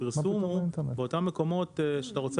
הפרסום הוא באותם מקומות שאתה רוצה